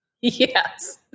Yes